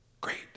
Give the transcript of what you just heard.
Great